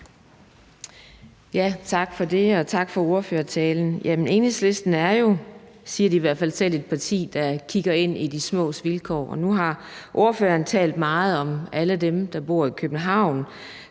Tak for det, og tak for ordførertalen. Jamen Enhedslisten er jo – det siger de i hvert fald selv – et parti, der kigger ind i de smås vilkår, og nu har ordføreren talt meget om alle dem, der bor i Københavnsområdet,